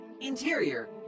Interior